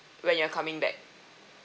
when you're coming back